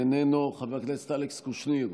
איננו, חבר הכנסת אלכס קושניר,